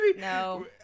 No